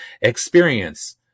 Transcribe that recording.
experience